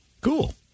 Cool